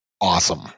awesome